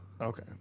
Okay